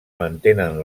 mantenen